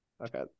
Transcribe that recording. okay